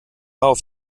auf